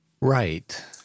Right